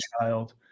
Child